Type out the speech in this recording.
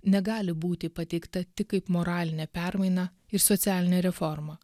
negali būti pateikta tik kaip moralinė permaina ir socialinė reforma